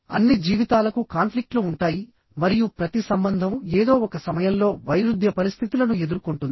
అన్ని జీవితాలకు కాన్ఫ్లిక్ట్ లు ఉంటాయి మరియు ప్రతి సంబంధం ఏదో ఒక సమయంలో వైరుధ్య పరిస్థితులను ఎదుర్కొంటుంది